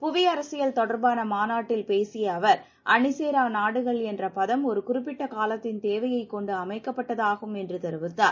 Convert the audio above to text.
புவி அரசியல் தொடர்பான மாநாட்டில் இன்று பேசிய அவர் அணி சேரா நாடுகள் என்ற பதம் ஒரு குறிப்பிட்ட காலத்தின் தேவையைக் கொண்டு அமைக்கப்பட்டதாகும் என்று தெரிவித்தார்